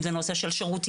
אם זה נושא של שירותים,